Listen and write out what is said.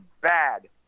bad